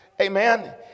Amen